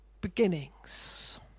beginnings